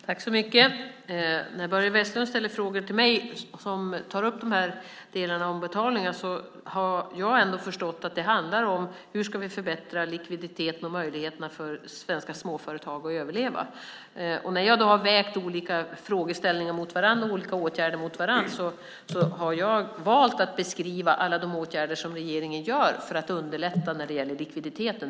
Fru talman! När Börje Vestlund ställer frågor till mig om betalningar har jag ändå förstått att det handlar om hur vi ska förbättra likviditeten och möjligheterna för svenska småföretag att överleva. När jag då har vägt olika frågeställningar och olika åtgärder mot varandra har jag valt att beskriva alla de åtgärder som regeringen vidtar för att underlätta när det gäller likviditeten.